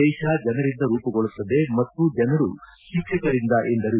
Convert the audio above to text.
ದೇಶ ಜನರಿಂದ ರೂಮಗೊಳ್ಳುತ್ತದೆ ಮತ್ತು ಜನರು ಶಿಕ್ಷಕರಿಂದ ಎಂದರು